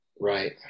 Right